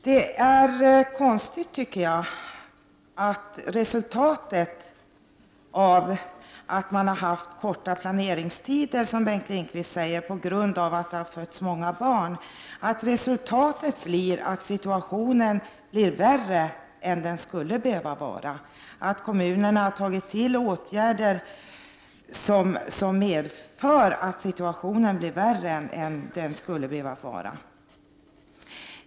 Det är konstigt, tycker jag, att resultatet av att man haft korta planeringstider på grund av att det har fötts många barn, som Bengt Lindqvist säger, har blivit att kommunerna har tagit till åtgärder som gjort situationen värre än den skulle behöva vara.